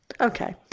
Okay